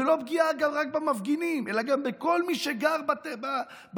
ולא פגיעה רק במפגינים אלא גם בכל מי שגר באזור.